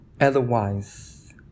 Otherwise